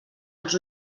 els